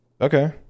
Okay